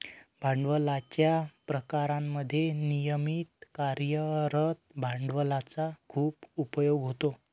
भांडवलाच्या प्रकारांमध्ये नियमित कार्यरत भांडवलाचा खूप उपयोग होतो